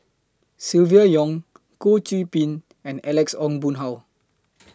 Silvia Yong Goh Qiu Bin and Alex Ong Boon Hau